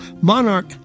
monarch